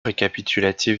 récapitulatif